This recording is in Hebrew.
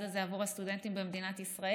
הזה כל שנה מחדש בעבור הסטודנטים במדינת ישראל.